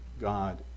God